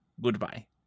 Goodbye